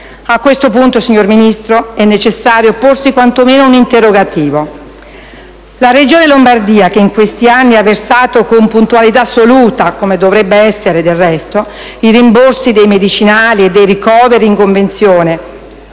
A questo punto, signor Ministro, è necessario porsi quantomeno un interrogativo: la Regione Lombardia, che in questi anni ha versato con puntualità assoluta (come dovrebbe essere, del resto) i rimborsi dei medicinali e dei ricoveri in convenzione,